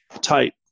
type